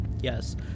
Yes